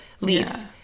leaves